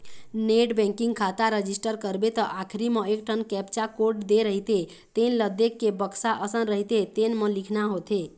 net banking खाता register करबे त आखरी म एकठन कैप्चा कोड दे रहिथे तेन ल देखके बक्सा असन रहिथे तेन म लिखना होथे